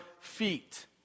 feet